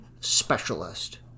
specialist